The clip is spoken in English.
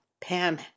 Pam